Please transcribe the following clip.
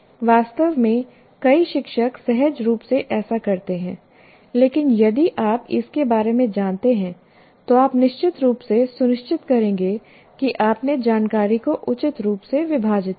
वास्तव में कई शिक्षक सहज रूप से ऐसा करते हैं लेकिन यदि आप इसके बारे में जानते हैं तो आप निश्चित रूप से सुनिश्चित करेंगे कि आपने जानकारी को उचित रूप से विभाजित किया है